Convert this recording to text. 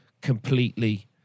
completely